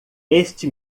este